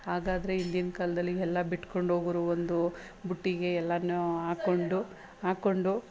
ಹಾಗಾದರೆ ಇಂದಿನ ಕಾಲದಲ್ಲಿ ಎಲ್ಲ ಬಿಟ್ಕೊಂಡು ಹೋಗೋರು ಒಂದು ಬುಟ್ಟಿಗೆ ಎಲ್ಲನೂ ಹಾಕ್ಕೊಂಡು ಹಾಕ್ಕೊಂಡು